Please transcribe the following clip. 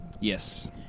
Yes